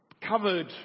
covered